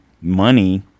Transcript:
money